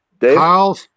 Kyle